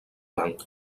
banc